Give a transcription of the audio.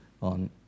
on